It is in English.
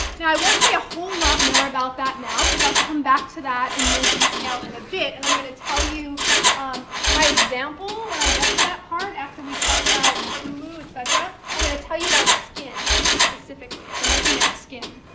now, i won't say a whole lot more about that now because i'll come back to that in more detail in a bit, and i'm going to tell you um my example when i get to that part after we talk about cthulhu, et cetera, i'm going to tell you about skin specifically. i've been looking at skin.